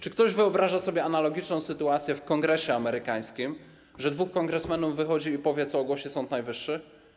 Czy ktoś wyobraża sobie analogiczną sytuację w Kongresie amerykańskim, że dwóch kongresmenów wychodzi i mówi, co ogłosi Sąd Najwyższy?